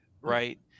right